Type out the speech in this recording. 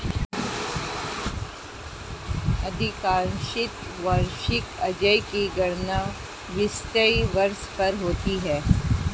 अधिकांशत वार्षिक आय की गणना वित्तीय वर्ष पर होती है